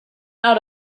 out